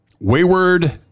wayward